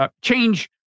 Change